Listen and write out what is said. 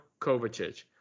Kovacic